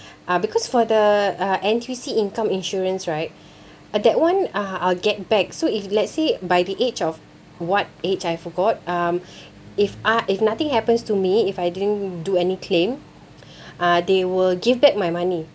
uh because for the uh N_T_U_C income insurance right uh that one uh I'll get back so if let's say by the age of what age I forgot um if uh if nothing happens to me if I didn't do any claim uh they will give back my money